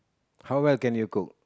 how well can you cook